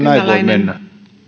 mennä